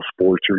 sports